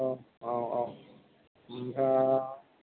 औ औ औ उम ओह